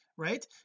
right